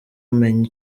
amenya